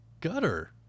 Gutter